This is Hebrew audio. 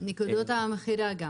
גם את נקודות המכירה.